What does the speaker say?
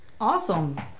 Awesome